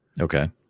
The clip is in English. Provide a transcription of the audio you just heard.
Okay